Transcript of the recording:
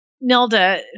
Nelda